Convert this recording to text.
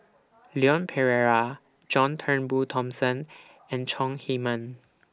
Leon Perera John Turnbull Thomson and Chong Heman